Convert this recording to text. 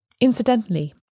Incidentally